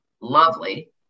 lovely